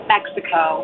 Mexico